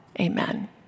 Amen